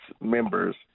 members